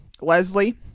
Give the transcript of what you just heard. leslie